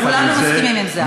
יחד עם זה, כולנו מסכימים עם זה.